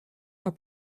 are